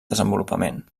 desenvolupament